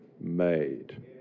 made